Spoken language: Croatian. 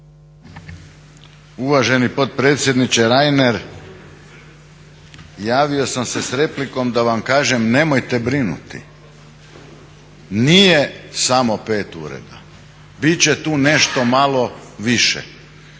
Uvaženi potpredsjedniče Reiner javio sam se s replikom da vam kažem nemojte brinuti nije samo 5 ureda, bit će tu nešto malo više.